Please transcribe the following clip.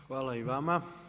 Hvala i vama.